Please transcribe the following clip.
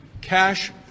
cash